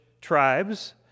tribes